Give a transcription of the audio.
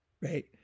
right